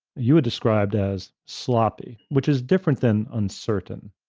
you were described as sloppy, which is different than uncertain.